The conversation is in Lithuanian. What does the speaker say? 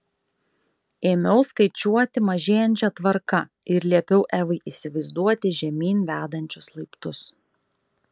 ėmiau skaičiuoti mažėjančia tvarka ir liepiau evai įsivaizduoti žemyn vedančius laiptus